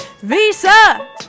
Visa